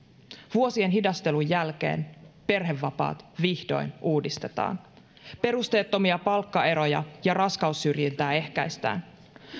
vuosien hidastelun jälkeen perhevapaat vihdoin uudistetaan perusteettomia palkkaeroja ja raskaussyrjintää ehkäistään